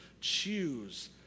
choose